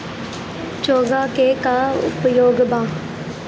चोंगा के का उपयोग बा?